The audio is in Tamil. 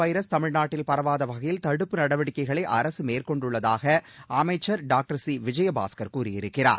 வைரஸ் தமிழ்நாட்டில் பரவாத வகையில் தடுப்பு நடவடிக்கைகளை நிபா அரசு மேற்கொண்டுள்ளதாக அமைச்சர் டாக்டர் சி விஜயபாஸ்கர் கூறியிருக்கிறார்